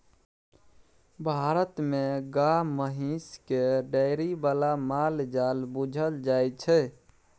भारत मे गाए महिष केँ डेयरी बला माल जाल बुझल जाइ छै